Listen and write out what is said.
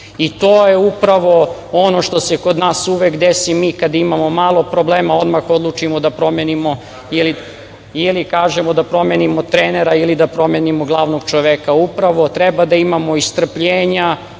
To je upravo ono što se kod nas uvek desi, mi kad imamo malo problema, odmah odlučimo da promenimo ili kažemo da promenimo trenera ili da promenimo glavnog čoveka. Upravo treba da imamo i strpljenja